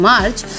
March